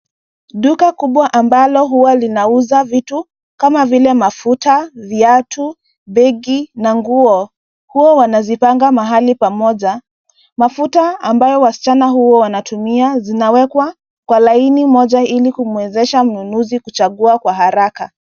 Duka kubwa ambalo huwa linauza vitu, kama vile mafuta, viatu, begi, na nguo, huwa wanazipanga mahali pamoja. Mafuta ambayo wasichana huwa wanatumia, zinawekwa kwa laini moja ili kumwezesha mnunuzi kuchagua kwa haraka.